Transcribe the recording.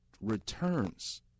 returns